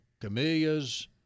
camellias